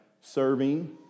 serving